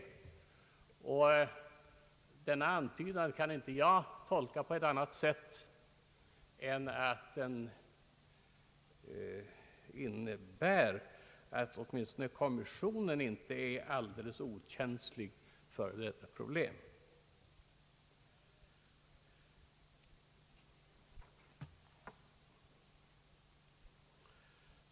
Denna antydan kan inte jag tolka på annat sätt än att den innebär att åtminstone kommissionen inte är alldeles okänslig för detta problem.